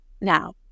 Now